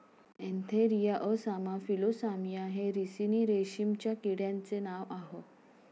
Antheraea असामा फिलोसामिया हे रिसिनी रेशीमच्या किड्यांचे नाव आह